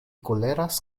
koleras